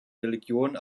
religion